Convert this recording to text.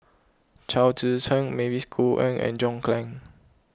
Chao Tzee Cheng Mavis Khoo Oei and John Clang